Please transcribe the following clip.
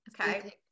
Okay